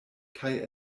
kaj